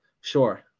Sure